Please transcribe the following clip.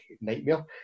nightmare